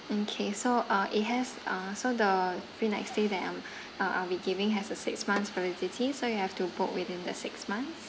mm K so uh it has uh so the free night stay that um uh I'll be giving has a six months validity so you have to book within the six months